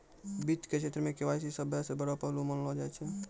वित्त के क्षेत्र मे के.वाई.सी सभ्भे से बड़ो पहलू मानलो जाय छै